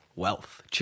Wealth